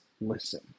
listen